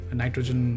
nitrogen